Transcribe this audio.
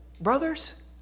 brothers